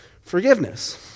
forgiveness